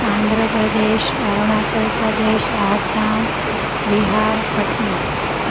Andhra Pradesh Arunachal Pradesh Assam Bihar Patna